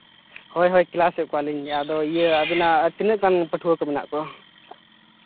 ᱦᱳᱭ ᱦᱳᱭ ᱠᱞᱥᱮᱫ ᱠᱚᱣᱟᱞᱤᱧ ᱟᱫᱚ ᱤᱭᱟᱹ ᱟᱹᱵᱤᱱᱟᱜ ᱟᱨ ᱛᱤᱱᱟᱹᱜ ᱜᱟᱱ ᱯᱟᱹᱴᱷᱩᱣᱟᱹ ᱠᱚ ᱢᱮᱱᱟᱜ ᱠᱚᱣᱟ